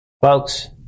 folks